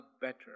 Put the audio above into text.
better